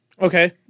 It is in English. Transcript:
Okay